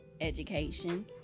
education